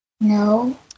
No